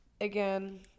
Again